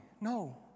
no